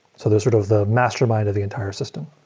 so they're sort of the mastermind of the entire system.